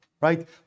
right